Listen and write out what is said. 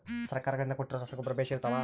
ಸರ್ಕಾರಗಳಿಂದ ಕೊಟ್ಟಿರೊ ರಸಗೊಬ್ಬರ ಬೇಷ್ ಇರುತ್ತವಾ?